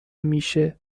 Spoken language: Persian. میشه